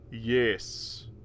Yes